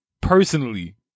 personally